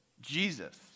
Jesus